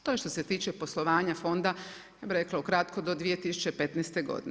To je što se tiče poslovanja fonda ja bih rekla ukratko do 2015. godine.